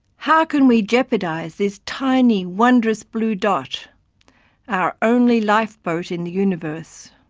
how can we jeopardise this tiny, wondrous blue dot our only lifeboat in the universe?